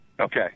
Okay